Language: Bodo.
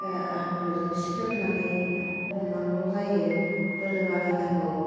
हाब्रुजों सिख्रेबनानै हमनांगौ जायो बोलो बाहायनांगौ